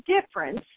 difference